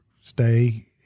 stay